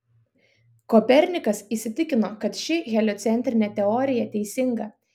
kopernikas įsitikino kad ši heliocentrinė teorija teisinga